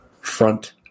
front